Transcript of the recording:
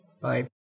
Bye